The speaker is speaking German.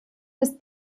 ist